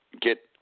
get